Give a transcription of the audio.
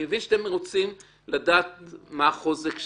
אני מבין שאתם רוצים לדעת מה חוזק התיק,